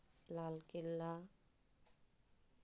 ᱞᱟᱞ ᱠᱮᱞᱞᱟ